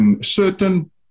certain